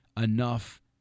enough